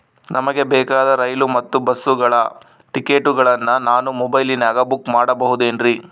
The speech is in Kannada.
ನಮಗೆ ಬೇಕಾದ ರೈಲು ಮತ್ತ ಬಸ್ಸುಗಳ ಟಿಕೆಟುಗಳನ್ನ ನಾನು ಮೊಬೈಲಿನಾಗ ಬುಕ್ ಮಾಡಬಹುದೇನ್ರಿ?